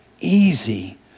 easy